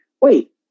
wait